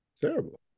Terrible